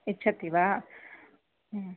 इच्छति वा